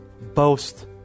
boast